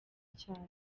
cyane